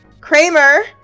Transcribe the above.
kramer